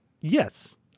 yes